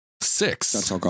Six